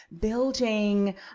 building